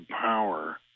power